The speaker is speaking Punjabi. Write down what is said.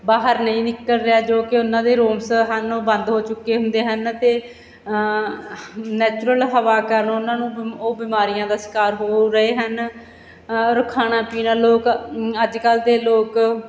ਬਾਹਰ ਨਹੀਂ ਨਿਕਲ ਰਿਹਾ ਜੋ ਕਿ ਉਹਨਾਂ ਦੇ ਰੂਮਸ ਹਨ ਉਹ ਬੰਦ ਹੋ ਚੁੱਕੇ ਹੁੰਦੇ ਹਨ ਅਤੇ ਨੈਚੁਰਲ ਹਵਾ ਕਾਰਨ ਉਹਨਾਂ ਨੂੰ ਉਹ ਬਿਮਾਰੀਆਂ ਦਾ ਸ਼ਿਕਾਰ ਹੋ ਰਹੇ ਹਨ ਔਰ ਖਾਣਾ ਪੀਣਾ ਲੋਕ ਅੱਜ ਕੱਲ੍ਹ ਦੇ ਲੋਕ